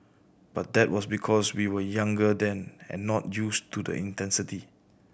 but that was because we were younger then and not used to the intensity